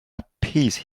appease